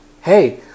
Hey